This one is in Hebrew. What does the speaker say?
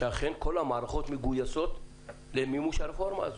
שאכן כל המערכות מגויסות למימוש הרפורמה הזאת.